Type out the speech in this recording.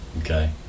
okay